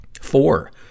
Four